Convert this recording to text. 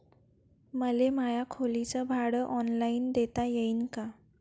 मले माया खोलीच भाड ऑनलाईन देता येईन का?